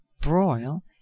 broil